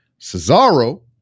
Cesaro